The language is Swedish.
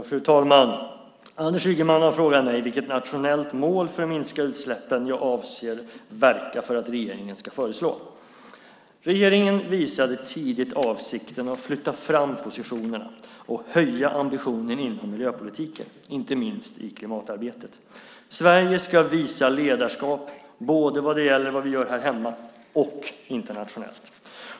Fru talman! Anders Ygeman har frågat mig vilket nationellt mål för att minska utsläppen jag avser att verka för att regeringen ska föreslå. Regeringen visade tidigt avsikten att flytta fram positionerna och höja ambitionen inom miljöpolitiken, inte minst i klimatarbetet. Sverige ska visa ledarskap både när det gäller vad vi gör här hemma och internationellt.